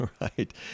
right